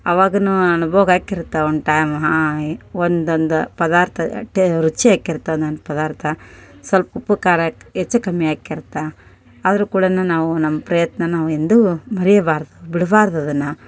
ಅವಾಗೂನೂ ಅನುಭೋಗ ಆಗ್ತಿರ್ತಾವ್ ಒಂದು ಟೈಮ್ ಹಾಂ ಈ ಒಂದೊಂದು ಪದಾರ್ಥ ಎಷ್ಟೇ ರುಚಿ ಆಗಿರ್ತೆ ಒನೊಂದು ಪದಾರ್ಥ ಸ್ವಲ್ಪ್ ಉಪ್ಪು ಖಾರ ಹೆಚ್ಚು ಕಮ್ಮಿ ಆಗಿರ್ತೆ ಆದರೂ ಕೂಡ ನಾವು ನಮ್ಮ ಪ್ರಯತ್ನ ನಾವು ಎಂದೂ ಮರೆಯಬಾರದು ಬಿಡಬಾರ್ದು ಅದನ್ನು